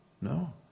No